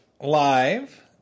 live